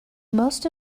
most